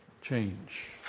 change